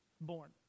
born